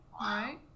Right